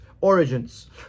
origins